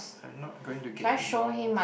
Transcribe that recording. I'm not going to get involved